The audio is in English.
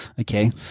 okay